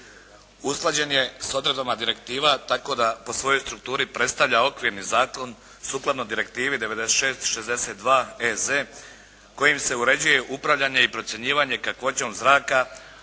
Usklađen je s odredbama direktiva tako da po svojoj strukturi predstavlja okvirni zakon sukladno direktivi 96/62 E.Z. kojim se uređuje upravljanje i procjenjivanje kakvoćom zraka